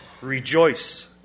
rejoice